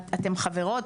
אתן חברות,